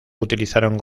utilizaron